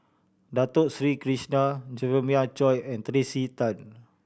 Dato Sri Krishna Jeremiah Choy and Tracey Tan